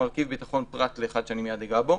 מרכיב ביטחון, פרט לאחד שאני מיד אגע בו,